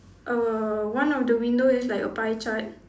err one of the window is like a pie chart